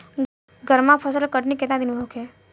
गर्मा फसल के कटनी केतना दिन में होखे?